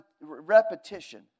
repetition